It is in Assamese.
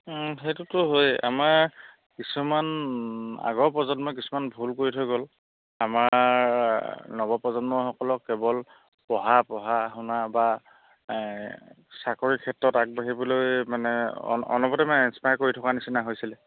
সেইটোতো হয় আমাৰ কিছুমান আগৰ প্ৰজন্মই কিছুমান ভুল কৰি থৈ গ'ল আমাৰ নৱপ্ৰজন্মসকলক কেৱল পঢ়া পঢ়া শুনা বা চাকৰিৰ ক্ষেত্ৰত আগবাঢ়িবলৈ মানে অন অনবৰতে মানে ইন্সপায়াৰ কৰি থকাৰ নিচিনা হৈছিলে